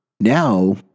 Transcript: Now